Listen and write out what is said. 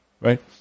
right